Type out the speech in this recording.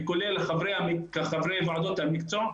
כולל חברי ועדות המקצוע,